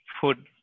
food